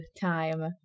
time